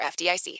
FDIC